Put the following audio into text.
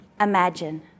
imagine